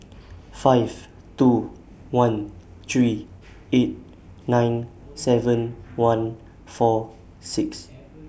five two one three eight nine seven one four six